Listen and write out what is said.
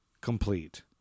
complete